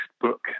book